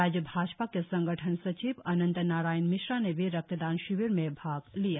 राज्य भाजपा के संगठन सचिव अनंत नारायाण मिश्रा ने भी रक्तदान शिविर में भाग लिया